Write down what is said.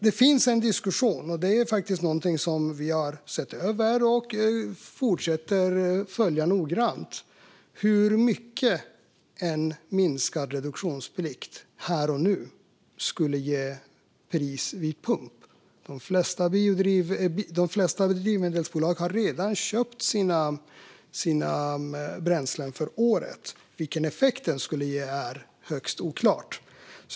Det finns en diskussion, och det är faktiskt någonting som vi har sett över och fortsätter att följa noggrant, om hur mycket en minskad reduktionsplikt här och nu skulle göra för priset vid pump. De flesta drivmedelsbolag har redan köpt sina bränslen för året. Vilken effekt detta skulle ge är alltså högst oklart.